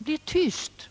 blir tysta.